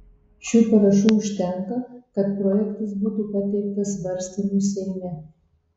šių parašų užtenka kad projektas būtų pateiktas svarstymui seime